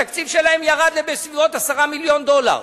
התקציב שלהם ירד לסביבות 10 מיליוני דולר.